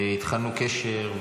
והתחלנו קשר,